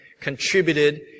contributed